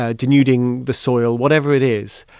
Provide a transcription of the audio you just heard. ah denuding the soil, whatever it is.